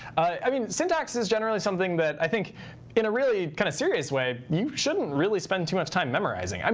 i mean, syntax is generally something that i think in a really kind of serious way, you shouldn't really spend too much time memorizing. um